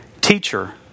Teacher